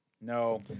No